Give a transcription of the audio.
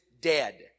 dead